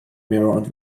mirrored